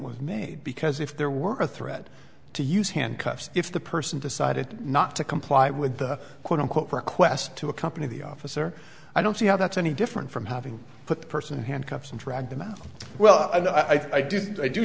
made because if there were a threat to use handcuffs if the person decided not to comply with the quote unquote request to accompany the officer i don't see how that's any different from having put the person handcuffs and drag them out well i do i do